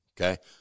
Okay